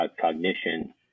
cognition